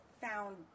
found